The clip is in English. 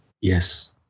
Yes